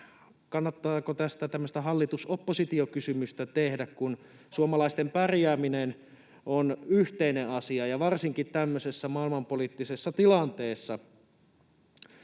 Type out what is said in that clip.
kannattaako tästä tämmöistä hallitus—oppositio-kysymystä tehdä, kun suomalaisten pärjääminen on yhteinen asia, ja varsinkin tämmöisessä maailmanpoliittisessa tilanteessa.